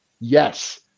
yes